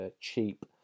cheap